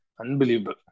Unbelievable